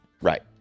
Right